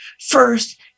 first